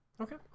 okay